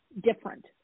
different